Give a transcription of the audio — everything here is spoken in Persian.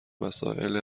مسائل